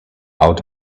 out